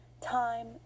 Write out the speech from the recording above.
time